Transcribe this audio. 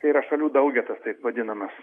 tai yra šalių daugetas taip vadinamas